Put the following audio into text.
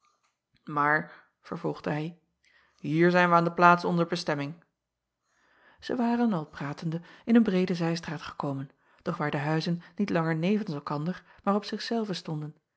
maar vervolgde hij hier zijn wij aan de plaats onzer bestemming ij waren al pratende in een breede zijstraat gekomen doch waar de huizen niet langer nevens elkander maar op zich zelve stonden